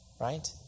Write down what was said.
Right